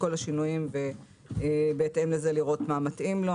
השינויים ובהתאם לזה לראות מה מתאים לו.